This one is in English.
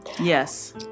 yes